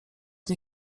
nie